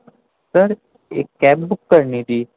سر ایک cab book کرنی تھی